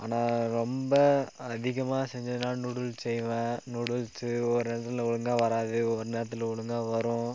ஆனால் ரொம்ப அதிகமாக செஞ்சதுன்னா நூடுல்ஸ் செய்வேன் நூடுல்ஸ்ஸு ஒரு நேரத்தில் ஒழுங்காக வராது ஒருஒரு நேரத்தில் ஒழுங்காக வரும்